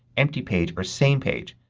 empty page, or same page.